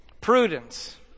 Prudence